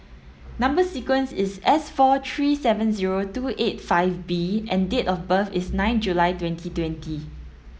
number sequence is S four three seven zero two eight five B and date of birth is nine July twenty twenty